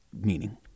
meaning